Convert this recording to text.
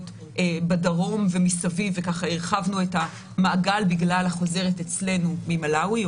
בדרום ומסביב והרחבנו את המעגל בגלל התיירת אצלנו ממלאווי,